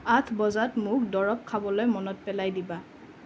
আঠ বজাত মোক দৰব খাবলৈ মনত পেলাই দিবা